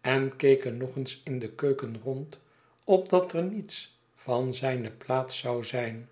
en keken nog eens in de keuken rond opdat er niets van zijne plaats zou zijn